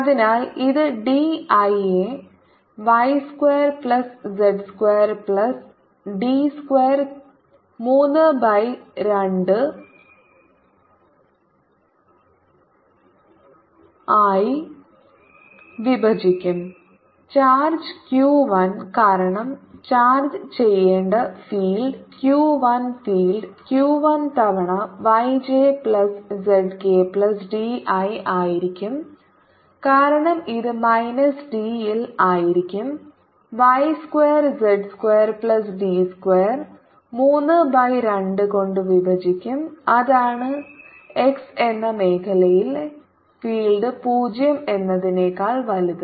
അതിനാൽ ഇത് D i യെ y square plus z square plus D square 3 by 2 ആയി വിഭജിക്കും ചാർജ് q 1 കാരണം ചാർജ് ചെയ്യേണ്ട ഫീൽഡ് q 1 ഫീൽഡ് q 1 തവണ y j plus z k plus d i ആയിരിക്കും കാരണം ഇത് മൈനസ് d യിൽ ആയിരിക്കും y square z square plus D square 3 by 2 കൊണ്ട് വിഭജിക്കും അതാണ് x എന്ന മേഖലയിലെ ഫീൽഡ് 0 എന്നതിനേക്കാൾ വലുത്